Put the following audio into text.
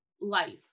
life